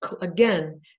again